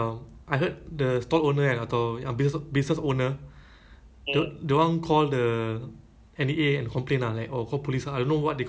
but sometimes we think oh it's no big deal but then if everyone can do it then later next thing happen next thing that you tengok news